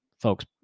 folks